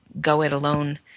go-it-alone